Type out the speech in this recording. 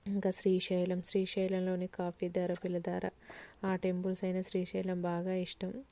ఇంకా శ్రీశైలం శ్రీశైలంలోని కాపిలధార ఆ టెంపుల్స్ అయిన శ్రీశైలం బాగా ఇష్టం